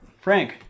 Frank